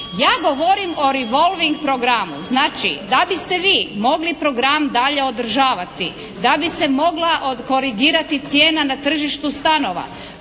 Ja govorim o revolving programu. Znači, da biste vi mogli program dalje održavati, da bi se mogla korigirati cijena na tržištu stanova